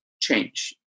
change